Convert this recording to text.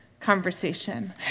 conversation